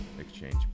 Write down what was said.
exchange